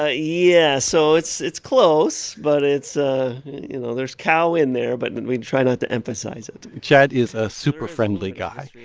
ah yeah. so it's it's close, but it's ah you know, there's cow in there. but we try not to emphasize it chad is a super-friendly guy.